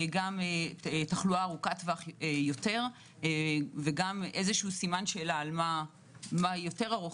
גם תחלואה ארוכת טווח יותר וגם סימן שאלה על מה יותר ארוך